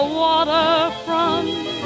waterfront